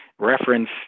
Reference